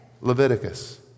Leviticus